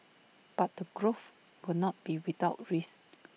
but the growth will not be without risk